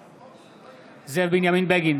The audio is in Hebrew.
נגד זאב בנימין בגין,